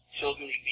children